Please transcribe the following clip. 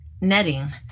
netting